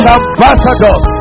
ambassadors